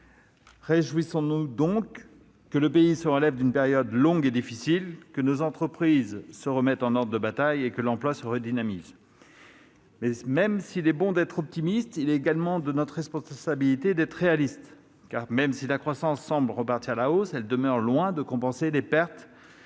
Réjouissons-nous que le pays se relève d'une période longue et difficile, que nos entreprises se remettent en ordre de bataille et que l'emploi retrouve du dynamisme. S'il est bon d'être optimiste, il est également de notre responsabilité d'être réalistes. En effet, bien que la croissance semble repartir à la hausse, cette reprise demeure loin de compenser les pertes